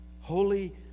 holy